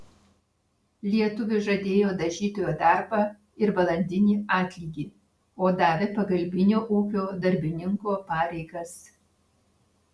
lietuviui žadėjo dažytojo darbą ir valandinį atlygį o davė pagalbinio ūkio darbininko pareigas